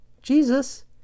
Jesus